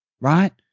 right